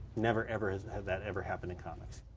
never, ever has that ever happened in comics.